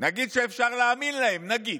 נגיד שאפשר להאמין להם, נגיד,